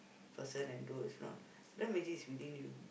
person and do is not black magic is within you